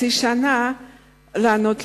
חצי שנה לענות לאנשים.